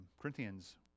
Corinthians